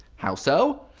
how so?